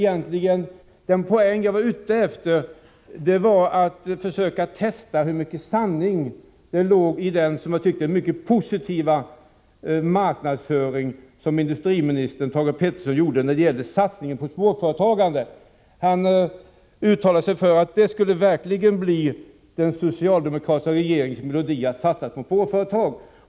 Den poäng jag var ute efter var att försöka testa hur mycket sanning det låg i den, som jag tyckte, mycket positiva satsning som industriminister Thage Peterson ville göra på småföretagande. Han uttalade sig för att det skulle bli den socialdemokratiska regeringens melodi att satsa på småföretag.